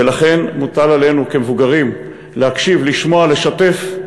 ולכן מוטל עלינו, כמבוגרים, להקשיב, לשמוע, לשתף.